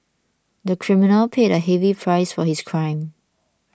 the criminal paid a heavy price for his crime